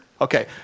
Okay